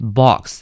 box